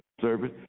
service